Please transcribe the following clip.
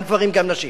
גם גברים וגם נשים,